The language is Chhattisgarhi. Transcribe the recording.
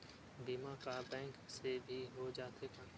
बीमा का बैंक से भी हो जाथे का?